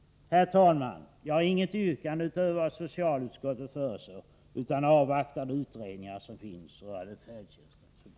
Herr talman! Jag har inget yrkande utöver vad socialutskottet föreslår utan avvaktar vad de pågående utredningarna rörande färdtjänsten kommer fram till.